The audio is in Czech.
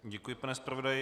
Děkuji, pane zpravodaji.